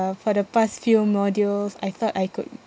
uh for the past few modules I thought I could